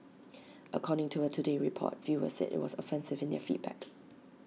according to A today Report viewers said IT was offensive in their feedback